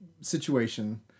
situation